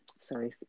sorry